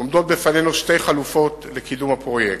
עומדות בפנינו שתי חלופות לקידום הפרויקט: